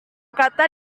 kata